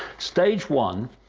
stage one